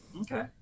Okay